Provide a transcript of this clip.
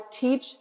teach